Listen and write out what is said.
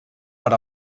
per